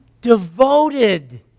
devoted